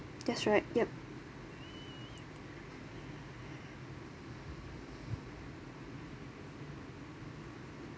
that's right yup